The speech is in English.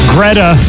Greta